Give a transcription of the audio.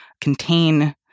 contain